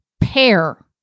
pair